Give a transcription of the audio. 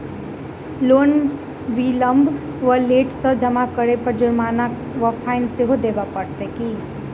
Loan विलंब वा late सँ जमा करै पर जुर्माना वा फाइन सेहो देबै पड़त की?